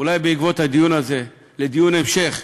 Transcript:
אולי בעקבות הדיון הזה, לדיון המשך,